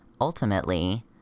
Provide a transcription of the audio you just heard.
ultimately